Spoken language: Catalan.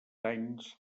anys